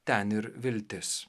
ten ir viltis